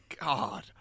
God